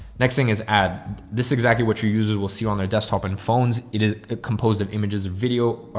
next thing is add this exactly what your users will see on their desktop and phones. it is composed of images, video,